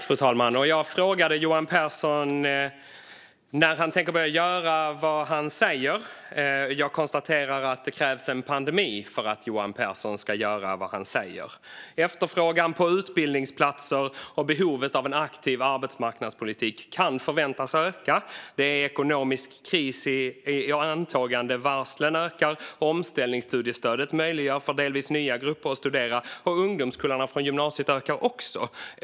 Fru talman! Jag frågade Johan Pehrson när han tänker börja göra vad han säger. Jag konstaterar att det krävs en pandemi för att Johan Pehrson ska göra vad han säger. Efterfrågan på utbildningsplatser och behovet av en aktiv arbetsmarknadspolitik kan förväntas öka. Det är ekonomisk kris i antågande, och varslen ökar. Omställningsstudiestödet möjliggör för delvis nya grupper att studera, och ungdomskullarna från gymnasiet ökar också.